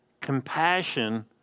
compassion